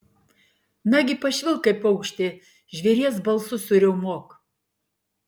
nagi pašvilpk kaip paukštė žvėries balsu suriaumok